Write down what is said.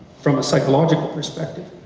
from a psychological perspective,